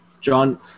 John